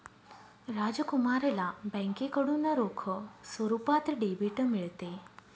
राजकुमारला बँकेकडून रोख स्वरूपात डेबिट मिळते